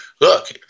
look